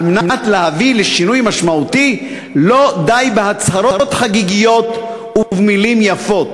מנת להביא לשינוי משמעותי לא די בהצהרות חגיגיות ובמילים יפות.